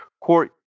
Court